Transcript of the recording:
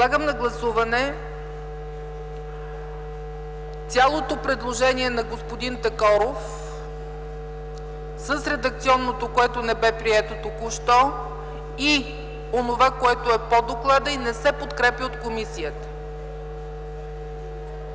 Подлагам на гласуване цялото предложение на господин Такоров с редакционното предложение, което не бе прието току-що, и онова, което е по доклада, но не се подкрепя от комисията.